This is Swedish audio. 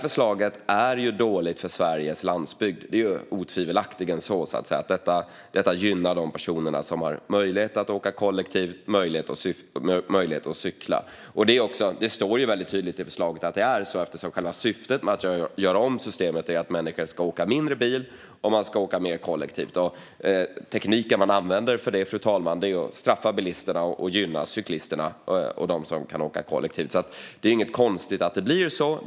Förslaget är dåligt för Sveriges landsbygd. Det är otvivelaktigt så. Det gynnar de personer som har möjlighet att åka kollektivt eller att cykla. Det står väldigt tydligt i förslaget att det är så. Själva syftet med att göra om systemet är att människor ska åka mindre bil och åka mer kollektivt. Tekniken man använder för det, fru talman, är att straffa bilisterna och gynna cyklisterna och dem som kan åka kollektivt. Det är inget konstigt i att det blir så.